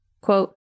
Quote